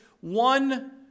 one